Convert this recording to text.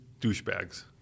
douchebags